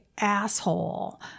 asshole